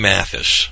Mathis